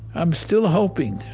i'm still hoping